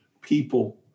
people